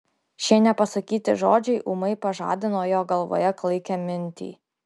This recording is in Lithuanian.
šie nepasakyti žodžiai ūmai pažadino jo galvoje klaikią mintį